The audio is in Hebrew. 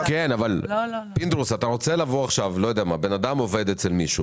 בן אדם עובד אצל מישהו,